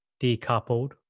decoupled